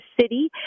City